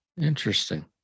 interesting